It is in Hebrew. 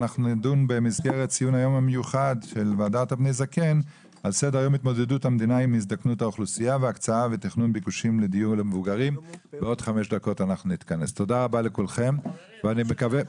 הישיבה ננעלה בשעה 12:35.